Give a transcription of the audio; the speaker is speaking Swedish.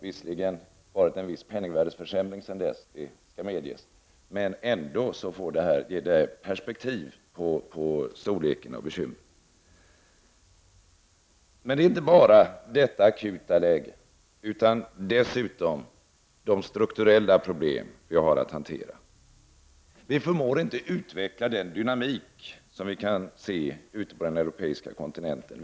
Visserligen har det varit en viss penningvärdesförsämring sedan dess, men det ger ändå perspektiv på storleken av bekymren. Det är inte bara detta akuta läge utan dessutom strukturella problem som vi har att hantera. Vi förmår inte utveckla den dynamik som vi kan se ute på den europeiska kontinenten.